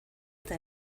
eta